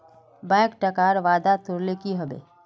bank टाकार वादा तोरले कि हबे